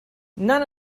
none